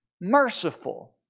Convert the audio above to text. Merciful